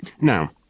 Now